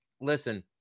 listen